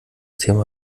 thema